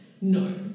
no